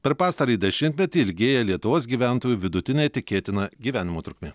per pastarąjį dešimtmetį ilgėja lietuvos gyventojų vidutinė tikėtina gyvenimo trukmė